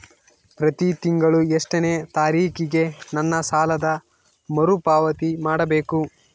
ಪ್ರತಿ ತಿಂಗಳು ಎಷ್ಟನೇ ತಾರೇಕಿಗೆ ನನ್ನ ಸಾಲದ ಮರುಪಾವತಿ ಮಾಡಬೇಕು?